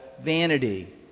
vanity